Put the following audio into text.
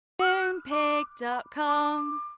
Moonpig.com